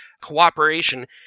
cooperation